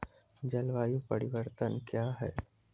जलवायु परिवर्तन कया हैं?